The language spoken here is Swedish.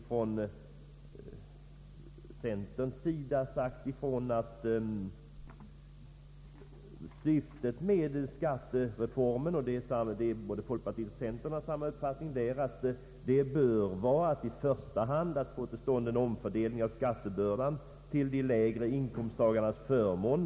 Från centerns sida har vi sagt ifrån att syftet med skattereformen — och folkpartiet har samma uppfattning — bör vara att i första hand få till stånd en omfördelning av skattebördan till de lägre inkomsttagarnas förmån.